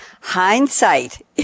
hindsight